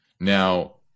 Now